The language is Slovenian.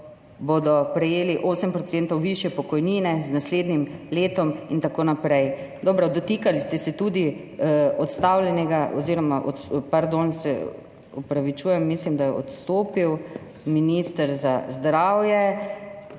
bodo prejeli 8 % višje pokojnine z naslednjim letom in tako naprej. Dobro, dotikali ste se tudi odstavljenega oziroma pardon, se opravičujem, mislim, da je odstopil, ministra za zdravje,